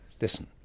listen